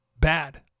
bad